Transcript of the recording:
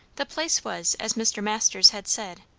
the place was, as mr. masters had said,